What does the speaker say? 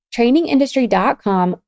Trainingindustry.com